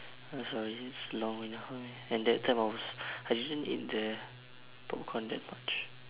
I'm sorry it's long and I'm hungry and that time I was I didn't eat the popcorn that much